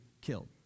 killed